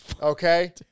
Okay